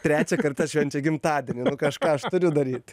trečią kartą švenčia gimtadienį kažką aš turiu daryt